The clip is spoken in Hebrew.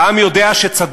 והעם יודע שצדק